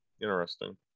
Interesting